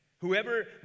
Whoever